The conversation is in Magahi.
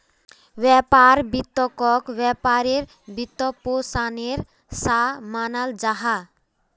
व्यापार वित्तोक व्यापारेर वित्त्पोशानेर सा मानाल जाहा